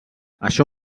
això